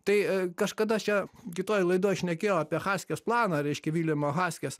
tai kažkada čia kitoj laidoj šnekėjau apie haskės planą reiškia viljamo haskės